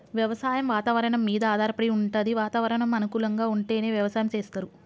వ్యవసాయం వాతవరణం మీద ఆధారపడి వుంటది వాతావరణం అనుకూలంగా ఉంటేనే వ్యవసాయం చేస్తరు